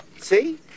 See